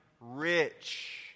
rich